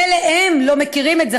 מילא הם לא מכירים את זה,